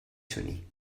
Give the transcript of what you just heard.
تونی